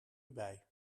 bij